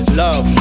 love